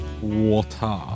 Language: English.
Water